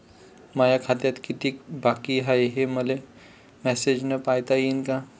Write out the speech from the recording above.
माया खात्यात कितीक बाकी हाय, हे मले मेसेजन पायता येईन का?